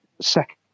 second